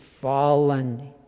fallen